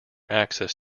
access